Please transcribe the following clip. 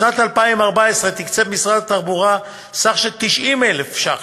בשנת 2014 תקצב משרד התחבורה סך 90,000 ש"ח